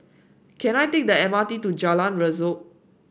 can I take the M R T to Jalan Rasok